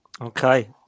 Okay